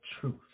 truth